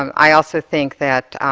um i also think that